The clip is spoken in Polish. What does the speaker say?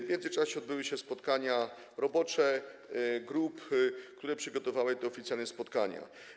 W międzyczasie odbyły się spotkania robocze grup, które przygotowały te oficjalne spotkania.